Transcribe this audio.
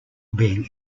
being